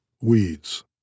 Weeds